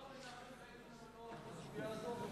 מה אמר מנחם בגין המנוח בסוגיה הזאת?